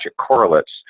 correlates